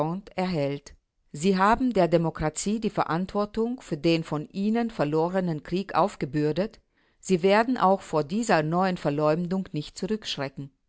erhält sie haben der demokratie die verantwortung für den von ihnen verlorenen krieg aufgebürdet sie werden auch vor dieser neuen verleumdung nicht zurückschrecken